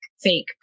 fake